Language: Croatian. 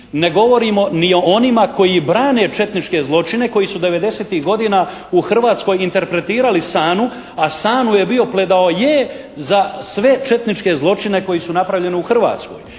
ne govorimo ni o onima koji brane četničke zločine koji su '90.-ih godina u Hrvatskoj interpretirali Sanu, a Sanuj je bio pledaoje za sve četničke zločine koje su napravljeni u Hrvatskoj.